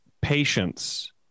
patience